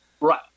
Right